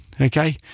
okay